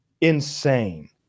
insane